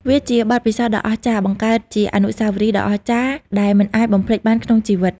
វាជាបទពិសោធន៍ដ៏អស្ចារ្យ បង្កើតជាអនុស្សាវរីយ៍ដ៏អស្ចារ្យដែលមិនអាចបំភ្លេចបានក្នុងជីវិត។